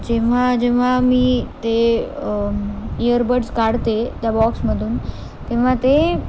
जेव्हा जेव्हा मी ते इयरबड्स काढते त्या बॉक्समधून तेव्हा ते